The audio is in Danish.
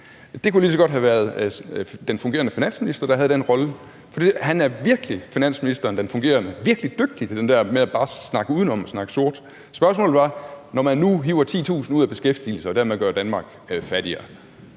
Det kunne lige så godt have været den fungerende finansminister, der havde den rolle, for han er virkelig dygtig til det der med bare at snakke udenom og snakke sort. Spørgsmålet var: Når man nu hiver 10.000 ud af beskæftigelse og dermed gør Danmark fattigere,